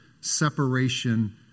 separation